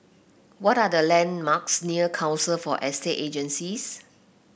what are the landmarks near Council for Estate Agencies